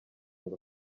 ngo